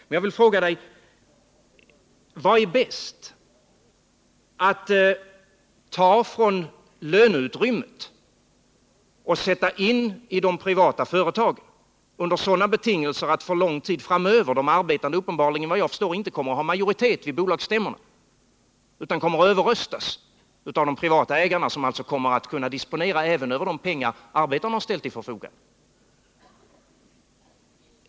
Men jag vill fråga dig: Är det bäst att ta från löneutrymmet och sätta in resurserna i de privata företagen under sådana betingelser att de arbetande under lång tid framöver, såvitt jag förstår, uppenbarligen inte kommer att ha majoritet vid bolagsstämmorna utan kommer att överröstas av de privata ägarna, som alltså kommer att kunna disponera även över de pengar arbetarna har ställt till förfogande?